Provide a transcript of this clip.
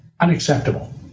unacceptable